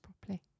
properly